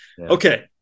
Okay